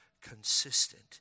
consistent